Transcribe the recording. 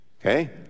Okay